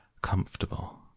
comfortable